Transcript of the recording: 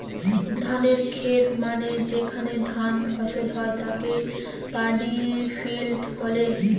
ধানের খেত মানে যেখানে ধান ফসল হয় তাকে পাডি ফিল্ড বলে